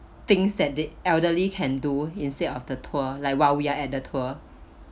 things that the elderly can do instead of the tour like while we are at the tour